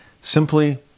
Simply